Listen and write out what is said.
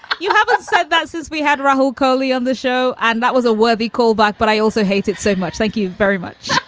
you haven't said that since we had real curly on the show and that was a worthy callback. but i also. hated so much, thank you very much